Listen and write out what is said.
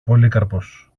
πολύκαρπος